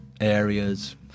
areas